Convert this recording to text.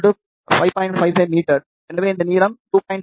55 metre எனவே இந்த நீளம் 2